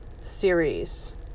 series